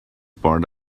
part